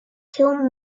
kill